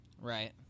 Right